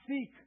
seek